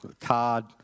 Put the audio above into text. card